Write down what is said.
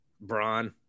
braun